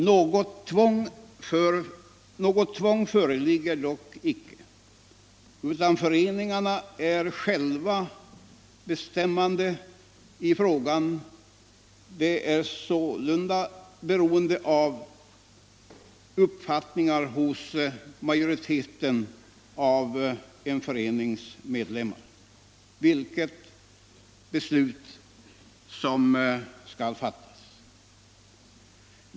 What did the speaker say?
Något tvång föreligger icke, utan föreningarna äga själva bestämma i frågan. Det är sålunda beroende av uppfattningen hos majoriteten av en förenings medlemmar vilket beslut som blir fattat.